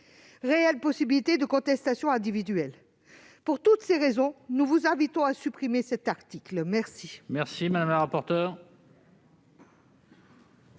véritable possibilité de contestation individuelle. Pour toutes ces raisons, nous vous invitons à supprimer cet article. Quel